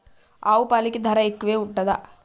ఆవు పాలకి ధర ఎక్కువే ఉంటదా?